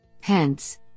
Hence